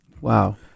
Wow